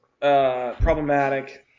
problematic